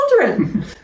children